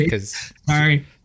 Sorry